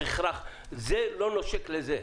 זה לא נושק לזה.